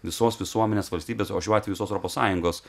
visos visuomenės valstybės o šiuo atveju visos europos sąjungos